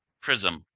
Prism